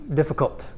difficult